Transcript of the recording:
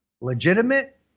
legitimate